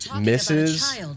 misses